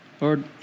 Lord